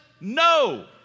No